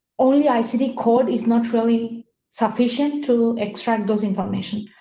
only ah city code is not really sufficient to extract those information.